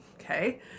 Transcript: okay